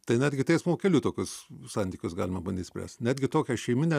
tai netgi teismo keliu tokius santykius galima bandyt spręst netgi tokia šeiminė